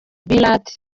billboard